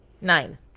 Nine